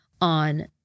on